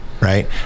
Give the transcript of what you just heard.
right